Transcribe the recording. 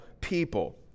people